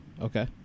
okay